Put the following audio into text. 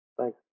Thanks